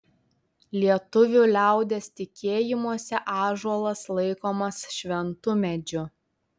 lietuvių liaudies tikėjimuose ąžuolas laikomas šventu medžiu